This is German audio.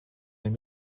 den